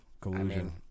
Collusion